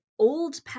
old